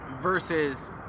versus